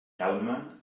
calma